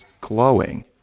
glowing